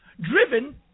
driven